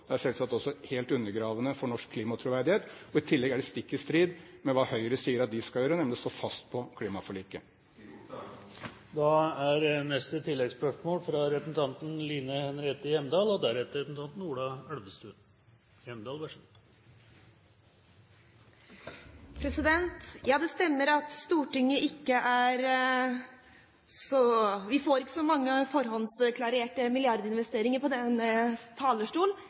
Det er selvsagt også helt undergravende for norsk klimatroverdighet, og i tillegg er det stikk i strid med hva Høyre sier at de skal gjøre – nemlig stå fast på klimaforliket. Kyoto-avtalen går ut i 2012. Line Henriette Hjemdal – til oppfølgingsspørsmål. Ja, det stemmer at Stortinget ikke får så mange forhåndsklarerte milliardinvesteringer fra denne talerstol. De kommer vel i nyttårstalene. Det er der vi